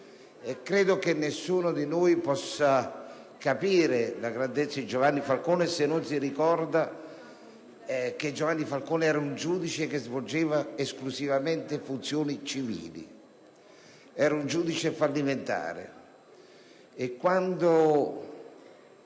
credo che nessuno di noi possa capire la grandezza di Giovanni Falcone se non si ricorda che egli era un giudice che svolgeva esclusivamente funzioni civili, un giudice fallimentare.